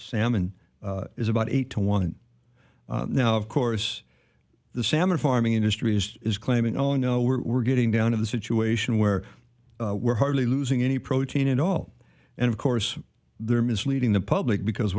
salmon is about eight to one and now of course the salmon farming industry is claiming oh no we're getting down to the situation where we're hardly losing any protein at all and of course they're misleading the public because